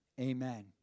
Amen